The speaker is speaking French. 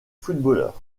footballeur